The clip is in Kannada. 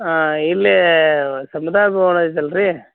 ಹಾಂ ಇಲ್ಲಿ ಸಮುದಾಯ ಭವನ ಐತಲ್ಲ ರೀ